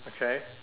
okay